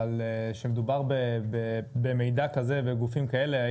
אבל כשמדובר במידע כזה ובגופים כאלה אני